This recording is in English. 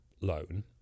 loan